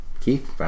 Keith